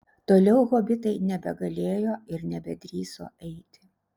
toliau hobitai nebegalėjo ir nebedrįso eiti